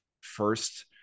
first